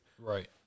right